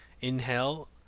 inhale